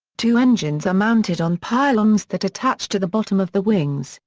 two engines are mounted on pylons that attach to the bottom of the wings,